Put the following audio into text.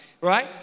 right